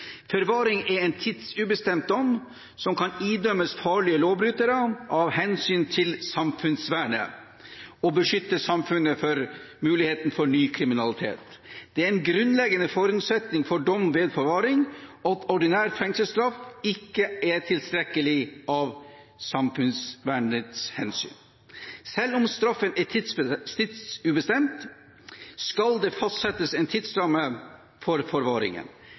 Forvaring er en tidsubestemt dom som kan idømmes farlige lovbrytere av hensyn til samfunnsvernet og for å beskytte samfunnet mot muligheten for ny kriminalitet. Det er en grunnleggende forutsetning for dom ved forvaring at ordinær fengselsstraff ikke er tilstrekkelig av hensyn til samfunnsvernet. Selv om straffen er tidsubestemt, skal det fastsettes en tidsramme for forvaringen.